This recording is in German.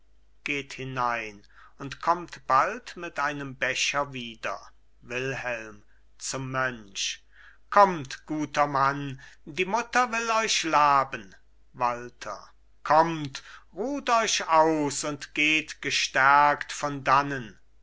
geht hinein und kommt bald mit einem becher wieder wilhelm zum mönch kommt guter mann die mutter will euch laben walther kommt ruht euch aus und geht gestärkt von dannen